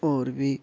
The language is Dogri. होर बी